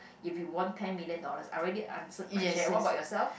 if you won ten million dollars I already answered my share what about yourself